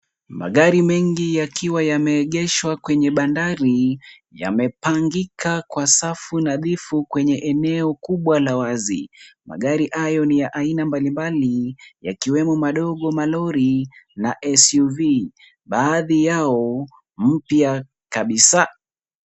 Magari mengi yakiwa yameegeshwa kwenye bandari yamepangika kwa safu nadhifu kwenye eneo kubwa la wazi. Magari hayo ni ya aina mbalimbali yakiwemo madogo malori na SUV, baadhi yao mpya kabisa.